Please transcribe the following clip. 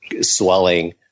swelling